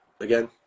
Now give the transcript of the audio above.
again